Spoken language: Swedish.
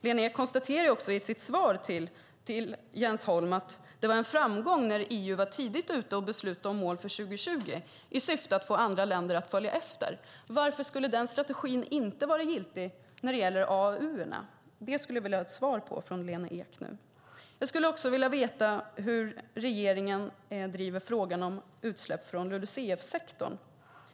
Lena Ek konstaterar i sitt svar till Jens Holm att det var en framgång när EU var tidigt ute och beslutade om mål för 2020 i syfte att få andra länder att följa efter. Varför skulle den strategin inte vara giltig när det gäller AAU? Det skulle jag ha svar på från Lena Ek. Jag skulle vidare vilja veta hur regeringen driver frågan om utsläpp från LUCF-sektorn.